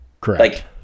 Correct